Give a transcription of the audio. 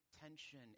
tension